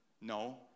No